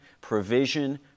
provision